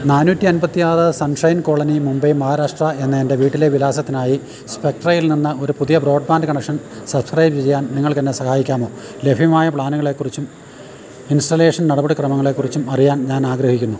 നാന്നൂറ്റി അൻപത്തിയാറ് sunshine colony Mumbai Maharashtra എന്ന എൻ്റെ വീട്ടിലെ വിലാസത്തിനായി സ്പെക്ട്രയിൽ നിന്ന് ഒരു പുതിയ ബ്രോഡ്ബാൻഡ് കണക്ഷൻ സബ്സ്ക്രൈബ് ചെയ്യാൻ നിങ്ങൾക്കെന്നെ സഹായിക്കാമോ ലഭ്യമായ പ്ലാനുകളേക്കുറിച്ചും ഇൻസ്റ്റലേഷൻ നടപടിക്രമങ്ങളേക്കുറിച്ചും അറിയാൻ ഞാനാഗ്രഹിക്കുന്നു